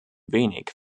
wenig